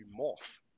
Morph